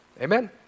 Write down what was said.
amen